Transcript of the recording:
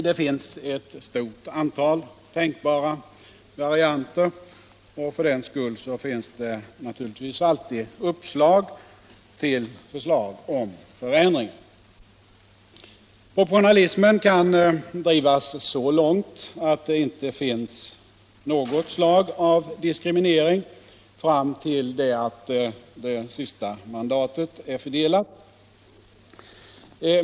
Det finns ett stort antal tänkbara varianter och för den skull finns det naturligtvis alltid uppslag till förslag om förändringar. Proportionalismen kan drivas så långt att det inte finns något slag av diskriminering fram till det att det sista mandatet är fördelat.